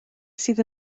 sydd